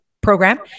program